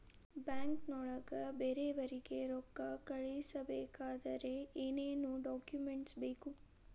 ಬ್ಯಾಂಕ್ನೊಳಗ ಬೇರೆಯವರಿಗೆ ರೊಕ್ಕ ಕಳಿಸಬೇಕಾದರೆ ಏನೇನ್ ಡಾಕುಮೆಂಟ್ಸ್ ಬೇಕು?